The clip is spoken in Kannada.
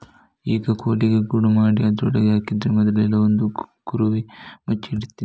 ಈಗ ಕೋಳಿಗೆ ಗೂಡು ಮಾಡಿ ಅದ್ರೊಳಗೆ ಹಾಕಿದ್ರೆ ಮೊದ್ಲೆಲ್ಲಾ ಒಂದು ಕುರುವೆ ಮುಚ್ಚಿ ಇಡ್ತಿದ್ರು